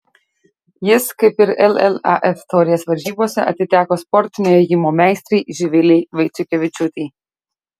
jis kaip ir llaf taurės varžybose atiteko sportinio ėjimo meistrei živilei vaiciukevičiūtei